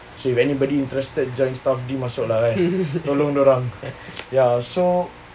so if anybody interested join staff masuk lah ya so